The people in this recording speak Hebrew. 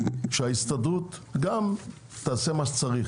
שההסתדרות גם תעשה מה שצריך.